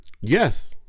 yes